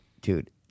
Dude